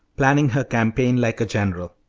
planning her campaign like a general,